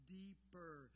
deeper